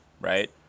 right